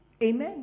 Amen